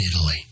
Italy